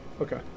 Okay